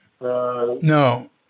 No